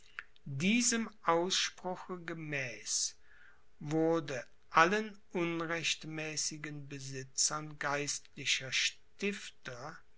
diesem ausspruche gemäß wurde allen unrechtmäßigen besitzern geistlicher stifter